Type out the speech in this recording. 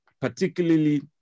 particularly